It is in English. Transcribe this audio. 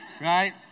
right